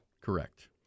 Correct